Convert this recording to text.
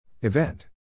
Event